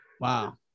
Wow